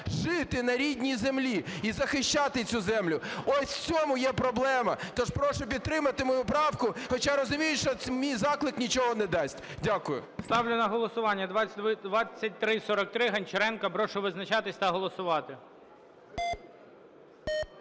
жити на рідній землі і захищати цю землю. Ось в цьому є проблема. Тож прошу підтримати мою правку, хоча розумію, що мій заклик нічого не дасть. Дякую. ГОЛОВУЮЧИЙ. Ставлю на голосування 2343 Гончаренка. Прошу визначатись та голосувати.